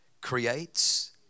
creates